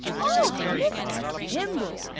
ah! mr. tim brell,